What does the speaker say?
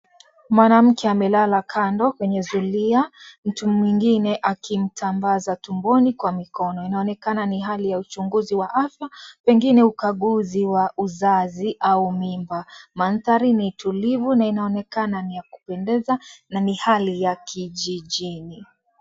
Mwanamke amelala kando kwenye zulia, mtu mwingine akimtambaza tumbo kwa mikono. Inaonekana ni uchunguzi wa afya, pengine ukaguzi wa uzazi au mimba. Mandhari ni tulivu na inaonekana ni ya kupendeza na ni hali ya kijijini.